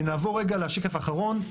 נעבור לשקף האחרון,